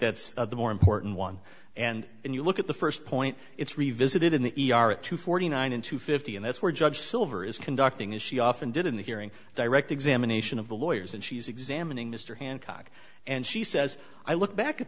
that's the more important one and when you look at the first point it's revisited in the e r at two forty nine in two fifty and that's where judge silver is conducting as she often did in the hearing direct examination of the lawyers and she's examining mr hancock and she says i look back at